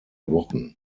wochen